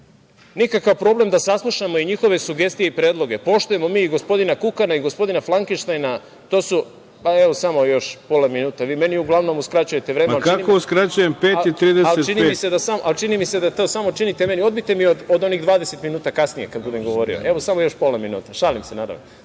nikakav problem da saslušamo i njihove sugestije i predloge. Poštujemo mi i gospodina Kukana i gospodina Flakenštajna…Samo još pola minuta. Vi meni uglavnom uskraćujete vreme.(Predsednik: Kako uskraćujem. Sada je pet i 35.)Čini mi se da to samo činite meni. Odbijte mi od onih 20 minuta kasnije kada budem govorio. Još samo pola minuta. Šalim se naravno.